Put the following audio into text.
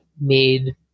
made